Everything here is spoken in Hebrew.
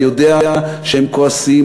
אני יודע שהם כועסים,